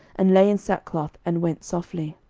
and lay in sackcloth, and went softly.